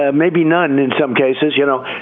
ah maybe none in some cases, you know,